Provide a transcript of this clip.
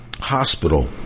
hospital